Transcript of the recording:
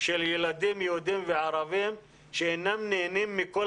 של ילדים יהודים וערבים שאינם נהנים מכל